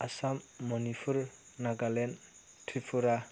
Assam Manipur Nagaland Tripura